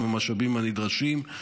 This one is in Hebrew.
עם המשאבים הנדרשים.